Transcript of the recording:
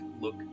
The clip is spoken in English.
look